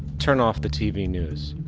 turn off the tv news.